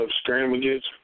scrimmages